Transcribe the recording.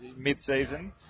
mid-season